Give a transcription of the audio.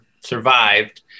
survived